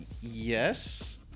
yes